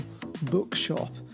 bookshop